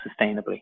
sustainably